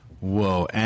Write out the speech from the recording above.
whoa